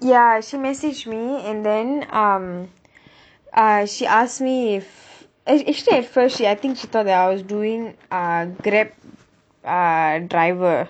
ya she message me and then um uh she asked me if a~ actually at first she I think she thought that I was doing uh Grab uh driver